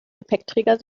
gepäckträger